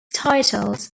titles